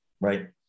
right